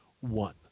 one